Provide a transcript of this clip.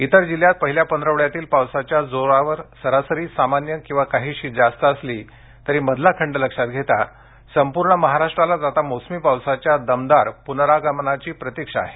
इतर जिल्ह्यात पहिल्या पंधरवड्यातील पावसाच्या जोरावर सरासरी सामान्य किंवा काहीशी जास्त असली तरी मधला खंड लक्षात घेता संपूर्ण महाराष्ट्रालाच आता मोसमी पावसाच्या दमदार पुनरागमनाची प्रतिक्षा आहे